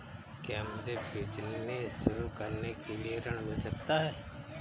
क्या मुझे बिजनेस शुरू करने के लिए ऋण मिल सकता है?